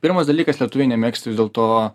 pirmas dalykas lietuviai nemėgsta vis dėl to